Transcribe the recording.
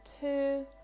two